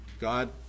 God